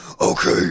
okay